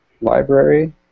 library